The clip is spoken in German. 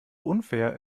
unfair